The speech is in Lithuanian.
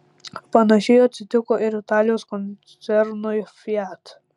panašiai atsitiko ir italijos koncernui fiat